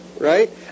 right